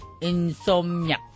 Insomnia